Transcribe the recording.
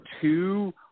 two